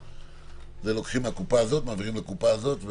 זה שלוקחים מהקופה הזאת ומעבירים לקופה הזאת,